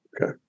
Okay